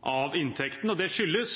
av inntekten. Det skyldes